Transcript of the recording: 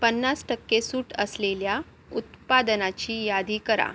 पन्नास टक्के सूट असलेल्या उत्पादनाची यादी करा